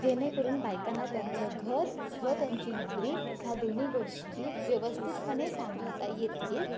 जेणेकरून बायकांना त्यांचं घर व त्यांची नोकरी ह्या दोन्ही गोष्टी व्यवस्थितपणे सांभाळता येतील